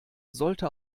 sollte